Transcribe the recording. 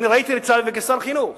וכשר חינוך,